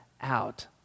out